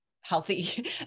healthy